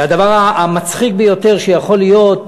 זה הדבר המצחיק ביותר שיכול להיות.